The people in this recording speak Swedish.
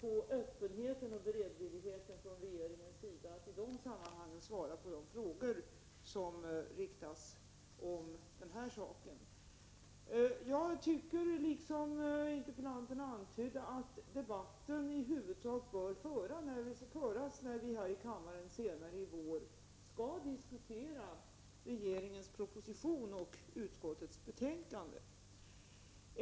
på öppenheten och beredvilligheten från regeringens sida att i de sammanhangen svara på frågor om den här saken. Jag tycker att, liksom interpellanterna antydde, debatten i huvudsak bör föras när vi här i kammaren senare i vår skall diskutera regeringens proposition och utskottets betänkande.